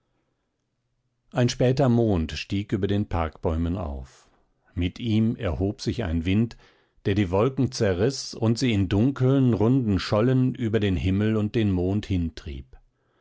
ein später mond stieg über den parkbäumen auf mit ihm erhob sich ein wind der die wolken zerriß und sie in dunkeln runden schollen über den himmel und den mond